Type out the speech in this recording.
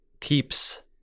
keeps